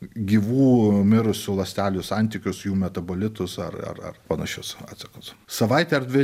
gyvų mirusių ląstelių santykius jų metabolitus ar ar ar panašius atsakus savaitę ar dvi